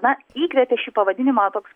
na įkvėpė šį pavadinimą toks